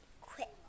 Quick